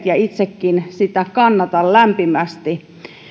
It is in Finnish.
ja itsekin sitä kannatan lämpimästi